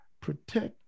Protect